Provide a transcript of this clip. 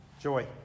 Joy